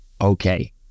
okay